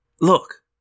Look